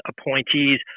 appointees